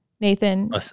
Nathan